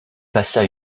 passa